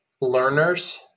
learners